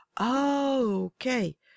okay